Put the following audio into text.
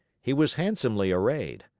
he was handsomely arrayed.